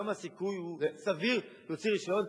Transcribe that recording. שם הסיכוי הוא סביר להוציא רשיון.